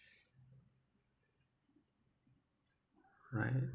right